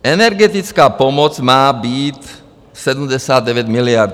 Energetická pomoc má být 79 miliard.